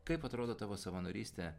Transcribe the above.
kaip atrodo tavo savanorystė